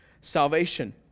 salvation